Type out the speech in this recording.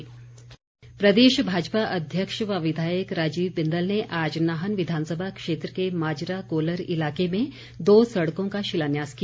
बिंदल प्रदेश भाजपा अध्यक्ष व विधायक राजीव बिंदल ने आज नाहन विधानसभा क्षेत्र के माजरा कोलर इलाके में दो सड़कों का शिलान्यास किया